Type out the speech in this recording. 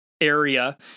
area